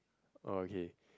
okay